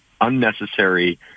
unnecessary